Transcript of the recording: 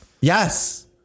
Yes